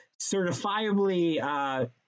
certifiably